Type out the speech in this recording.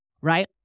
right